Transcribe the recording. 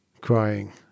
crying